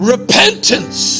Repentance